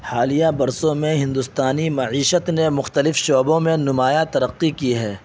حالیہ برسوں میں ہندوستانی معیشت نے مختلف شعبوں میں نمایاں ترقی کی ہے